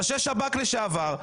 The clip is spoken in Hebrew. ראשי שב"כ לשעבר,